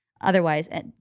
otherwise